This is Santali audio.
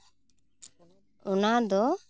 ᱚᱱᱟ ᱫᱚ